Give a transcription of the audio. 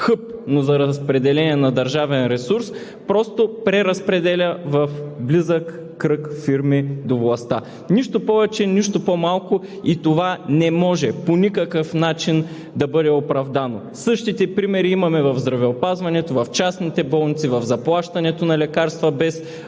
хъб за разпределение на държавен ресурс – просто преразпределя в близък кръг фирми до властта. Нищо повече, нищо по-малко и това не може по никакъв начин да бъде оправдано. Същите примери имаме и в здравеопазването, в частните болници, в заплащането на лекарства – без